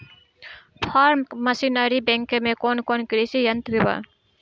Form machinery bank में कौन कौन कृषि यंत्र बा?